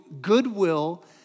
goodwill